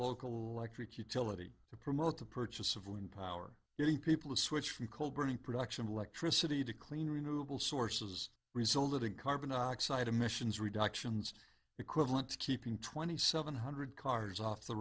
local like rick utility to promote the purchase of wind power getting people to switch from coal burning production electricity to clean renewable sources resulted in carbon dioxide emissions reductions equivalent to keeping twenty seven hundred cars off the